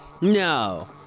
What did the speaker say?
No